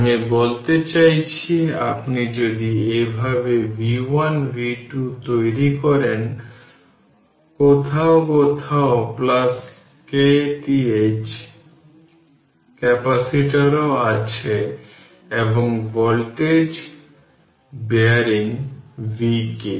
আমি CN dvdt বা i Ceq dvdt পর্যন্ত C1 C2 লিখতে পারি এর মানে Ceq C1 C2 থেকে CN পর্যন্ত তার মানে যখন রেসিস্টর সিরিজে থাকে তখন r 1 r 2 থেকে r n পর্যন্ত যোগ করলে ক্যাপাসিটরগুলো প্যারালাল এ থাকবে সেই সময়ে তাদের সামারি বের করা হয়